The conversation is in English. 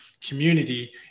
community